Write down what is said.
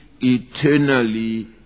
eternally